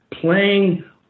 playing